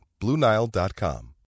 BlueNile.com